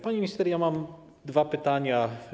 Pani minister, ja mam dwa pytania.